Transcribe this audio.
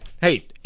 hey